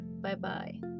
Bye-bye